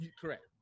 Correct